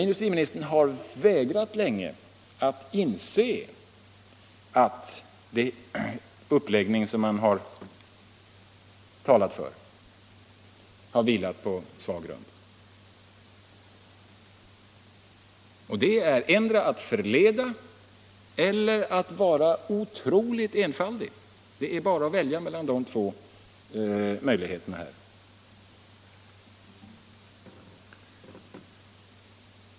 Industriministern har länge vägrat att inse att den uppläggning som han har talat för har vilat på svag grund. Det är antingen att förleda eller att vara otroligt enfaldig — det är bara att välja mellan de två möjligheterna.